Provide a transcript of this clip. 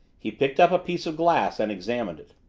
he picked up a piece of glass and examined it.